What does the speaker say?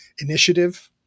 initiative